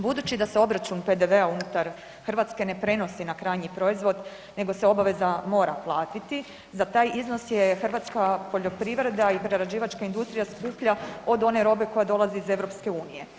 Budući da se obračun PDV-a unutar Hrvatske ne prenosi na krajnji proizvod nego se obaveza mora platiti, za taj iznos je hrvatska poljoprivreda i prerađivačka industrija skuplja od one robe koja dolazi iz EU.